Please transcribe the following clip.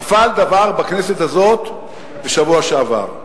נפל דבר בכנסת הזאת בשבוע שעבר.